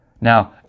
Now